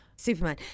Superman